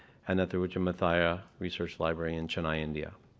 and at the richard muthiah research library in chennai, india.